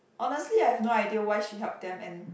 honestly I have no idea why she help them and